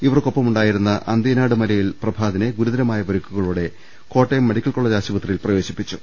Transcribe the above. ഇവർക്കൊപ്പമുണ്ടായിരുന്ന അന്തീനാട് മലയിൽ പ്രഭാ തിനെ ഗുരുതരമായ പരിക്കുകളോടെ കോട്ടയം മെഡിക്കൽ കോളേജ് ആശു പത്രിയിൽ പ്രവേശിപ്പിച്ചു